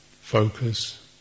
focus